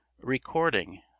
Recording